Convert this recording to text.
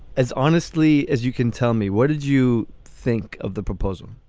as honestly as you can tell me what did you think of the proposal